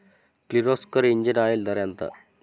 Kirloskar engine oil ధర ఎంత?